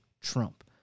Trump